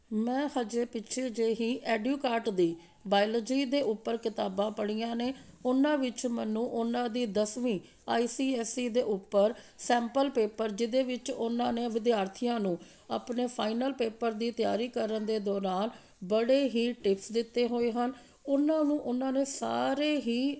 ਮੈਂ ਅਜੇ ਪਿੱਛੇ ਜਿਹੇ ਹੀ ਐਡੀਉਕਾਟ ਦੀ ਬਾਇਲੋਜੀ ਦੇ ਉੱਪਰ ਕਿਤਾਬਾਂ ਪੜ੍ਹੀਆਂ ਨੇ ਉਹਨਾਂ ਵਿੱਚ ਮੈਨੂੰ ਉਹਨਾਂ ਦੀ ਦਸਵੀਂ ਆਈ ਸੀ ਐੱਸ ਈ ਦੇ ਉੱਪਰ ਸੈਂਪਲ ਪੇਪਰ ਜਿਹਦੇ ਵਿੱਚ ਉਹਨਾਂ ਨੇ ਵਿਦਿਆਰਥੀਆਂ ਨੂੰ ਆਪਣੇ ਫਾਈਨਲ ਪੇਪਰ ਦੀ ਤਿਆਰੀ ਕਰਨ ਦੇ ਦੌਰਾਨ ਬੜੇ ਹੀ ਟਿਪਸ ਦਿੱਤੇ ਹੋਏ ਹਨ ਉਹਨਾਂ ਨੂੰ ਉਹਨਾਂ ਨੇ ਸਾਰੇ ਹੀ